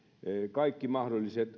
kaikki mahdolliset